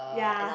ya